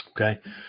Okay